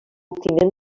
tinent